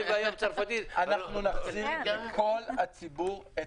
אנחנו נחזיר לכל הציבור.